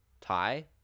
tie